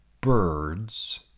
birds